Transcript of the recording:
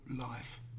life